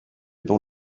dans